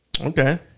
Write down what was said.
Okay